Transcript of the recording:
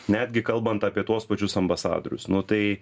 netgi kalbant apie tuos pačius ambasadorius nu tai